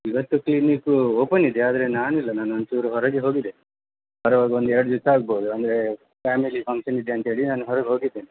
ಇವತ್ತು ಕ್ಲೀನಿಕ್ಕು ಓಪನ್ನಿದೆ ಆದರೆ ನಾನು ಇಲ್ಲ ನಾನು ಒಂಚೂರು ಹೊರಗೆ ಹೋಗಿದೆ ಬರೊವಾಗ ಒಂದು ಎರಡು ದಿವಸ ಆಗ್ಬೋದು ಅಂದರೆ ಫ್ಯಾಮಿಲಿ ಫಂಕ್ಷನ್ ಇದೆ ಅಂತ್ಹೇಳಿ ನಾನು ಹೊರಗೆ ಹೋಗಿದೀನಿ